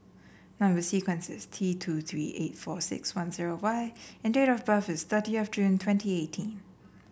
number sequence is T two three eight four six one zero Y and date of birth is thirtieth of June twenty eighteen